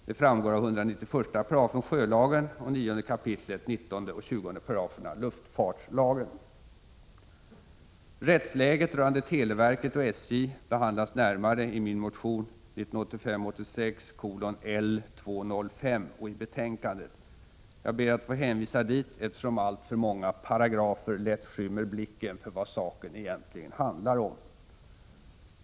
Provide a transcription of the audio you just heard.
Detta framgår av 191 § sjölagen och 9 kap. 19 och 20 §§ luftfartslagen. Rättsläget rörande televerket och SJ behandlas närmare i min motion 1985/86:L205 och i betänkandet. Jag ber att få hänvisa dit, eftersom alltför många paragrafer lätt skymmer blicken för vad saken egentligen handlar om.